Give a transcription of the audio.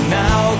now